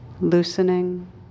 Loosening